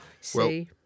See